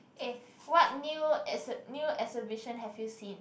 eh what new exhi~ new exhibition have you seen